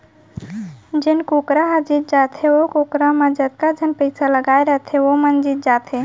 जेन कुकरा ह जीत जाथे ओ कुकरा म जतका झन पइसा लगाए रथें वो मन जीत जाथें